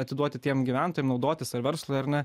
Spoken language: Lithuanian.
atiduoti tiem gyventojam naudotis ar verslui ar ne